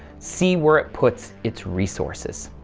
see where it puts its resources.